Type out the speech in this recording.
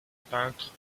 peintre